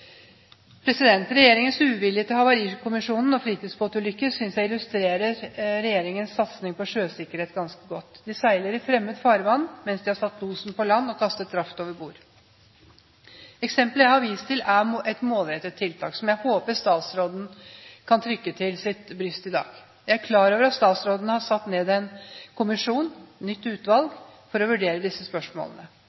Regjeringens uvilje til Havarikommisjonen og fritidsbåtulykker synes jeg illustrerer regjeringens satsing på sjøsikkerhet ganske godt. De seiler i fremmed farvann, mens de har satt losen på land og kastet draftet over bord. Eksempelet jeg har vist til, er et målrettet tiltak som jeg håper statsråden kan trykke til sitt bryst i dag. Jeg er klar over at statsråden har satt ned en kommisjon, et nytt utvalg,